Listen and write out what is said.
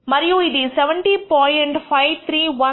మరియు ఇది 70